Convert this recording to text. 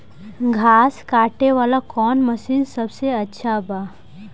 घास काटे वाला कौन मशीन सबसे अच्छा बा?